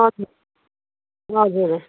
हजुर हजुर